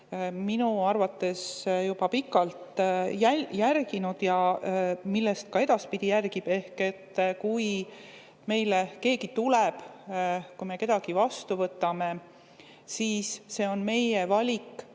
minu arvates juba pikalt järginud ja mida ka edaspidi järgib, ehk et kui meile keegi tuleb, kui me kedagi vastu võtame, siis see on meie valik,